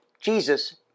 Jesus